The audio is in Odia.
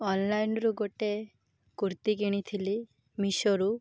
ଅନ୍ଲାଇନ୍ରୁ ଗୋଟେ କୁର୍ତ୍ତୀ କିଣିଥିଲି ମିସୋରୁ